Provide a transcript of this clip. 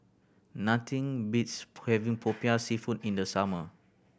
nothing beats having Popiah Seafood in the summer